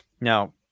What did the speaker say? Now